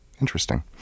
Interesting